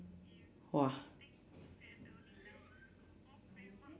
!wah!